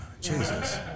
Jesus